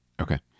Okay